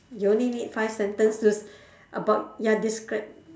you only need five sentences about ya describe